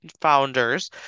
founders